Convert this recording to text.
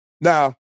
Now